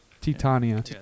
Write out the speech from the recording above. Titania